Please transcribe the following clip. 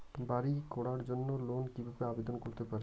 বাড়ি করার জন্য লোন কিভাবে আবেদন করতে পারি?